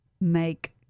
make